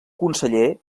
conseller